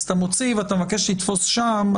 אז אתה מוציא צו ומבקש לתפוס שם,